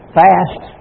fast